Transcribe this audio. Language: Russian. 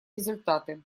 результаты